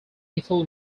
ethel